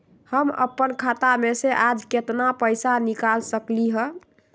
हम अपन खाता में से आज केतना पैसा निकाल सकलि ह?